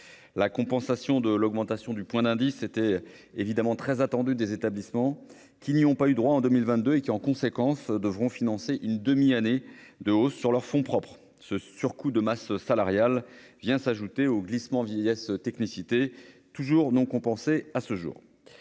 La compensation de l'augmentation du point d'indice était évidemment très attendue des établissements, qui n'y ont pas eu droit en 2022 et qui, en conséquence, devront financer une demi-année de hausse sur leurs fonds propres. Ce surcoût de masse salariale vient s'ajouter au glissement vieillesse technicité (GVT), toujours non compensé à ce jour.